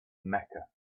mecca